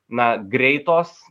na greitos